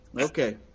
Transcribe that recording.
Okay